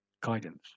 guidance